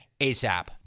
ASAP